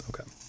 Okay